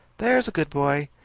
there's a good boy.